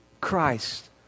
Christ